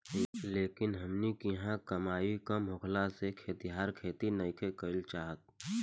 लेकिन हमनी किहाँ कमाई कम होखला से खेतिहर खेती नइखे कईल चाहत